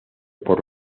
por